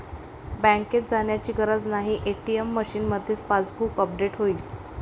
बँकेत जाण्याची गरज नाही, ए.टी.एम मशीनमध्येच पासबुक अपडेट होईल